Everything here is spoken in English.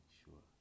sure